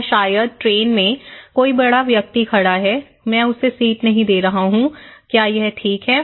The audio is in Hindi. या शायद ट्रेन में कोई बड़ा व्यक्ति खड़ा है मैं उसे सीट नहीं दे रहा हूँ क्या यह ठीक है